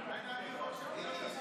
לא מחוקקת.